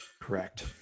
Correct